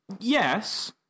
yes